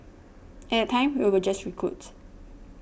at that time we were just recruits